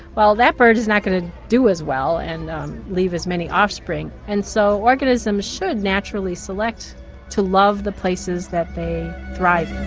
well that bird is not going to do as well and leave as many offspring. and so organisms should naturally select to love the places that they thrive